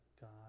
God